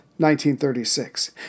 1936